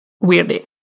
weirdly